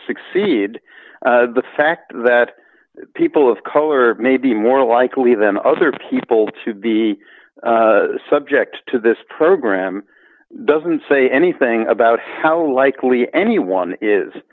succeed the fact that people of color may be more likely than other people to be subject to this program doesn't say anything about how likely anyone is